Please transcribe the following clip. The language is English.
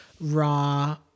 raw